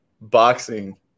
boxing